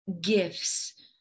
gifts